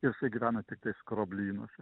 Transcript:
ir jisai gyvena tiktai skroblynuose